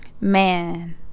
Man